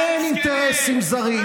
אין אינטרסים זרים.